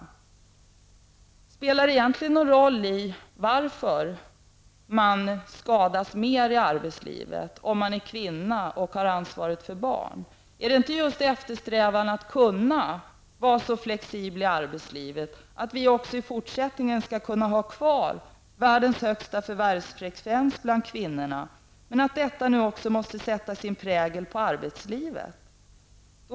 Spelar det egentligen någon roll varför den som är kvinna och har ansvaret för barn skadas mer i arbetslivet? Är det inte vår strävan att vårt arbetsliv skall vara så flexibelt att vi också i fortsättningen skall kunna ha kvar världens högsta förvärvsfrekvens bland kvinnor och att detta nu också måste sätta sin prägel på arbetslivet?